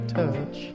touch